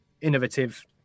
innovative